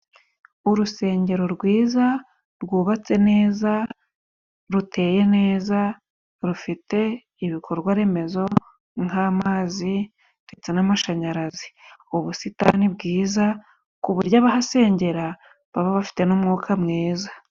Urusengero rwiza rwubatse neza ruteye neza rufite ibikorwaremezo nk'amazi, ndetse n'amashanyarazi, ubusitani bwiza ku buryo abahasengera baba bafite n'umwuka mwiza.